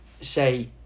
say